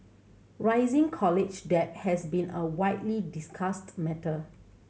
rising college debt has been a widely discussed matter